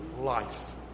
life